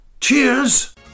Cheers